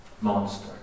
monster